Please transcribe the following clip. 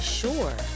sure